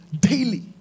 daily